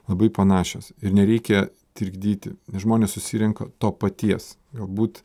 labai panašios ir nereikia trikdyti nes žmonės susirenka to paties galbūt